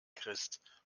christ